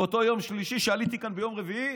באותו יום שלישי, ואני עליתי כאן ביום רביעי,